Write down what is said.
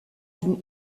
d’une